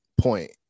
point